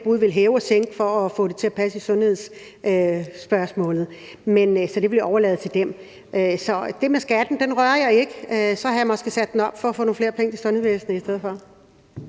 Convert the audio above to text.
både ville hæve og sænke for at få det til at passe i forbindelse med sundhedsområdet, men det vil jeg overlade til dem. Det med skatten rører jeg ikke – så havde jeg måske sat den op for at få nogle flere penge til sundhedsvæsenet i stedet for.